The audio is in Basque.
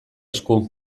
esku